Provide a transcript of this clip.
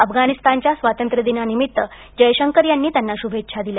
अफगाणिस्तानच्या स्वातंत्र्यदिनानिमित्त जयशंकर यांनी त्यांना शुभेच्छा दिल्या